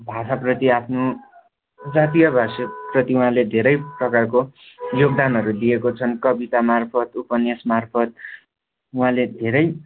भाषाप्रति आफ्नो जातीय भाषाप्रति उहाँले धेरै प्रकारको योगदानहरू दिएको छन् कवितामार्फत उपन्यासमार्फत उहाँले धेरै